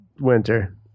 winter